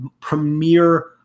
premier